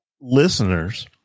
listeners